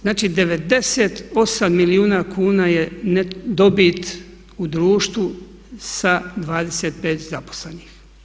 Znači, 98 milijuna kuna je dobit u društvu sa 25 zaposlenih.